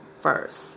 first